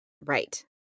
Right